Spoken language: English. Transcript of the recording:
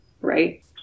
Right